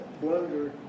blunder